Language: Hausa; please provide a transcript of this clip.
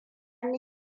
ne